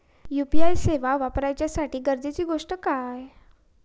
UPI सेवा वापराच्यासाठी गरजेचे गोष्टी काय?